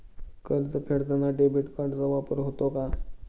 कर्ज फेडताना डेबिट कार्डचा वापर होतो का?